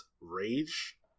rage